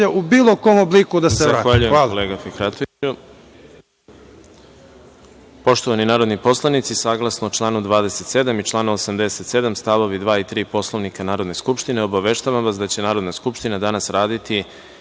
u bilo kom obliku da se vrate. Hvala.